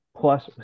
plus